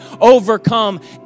overcome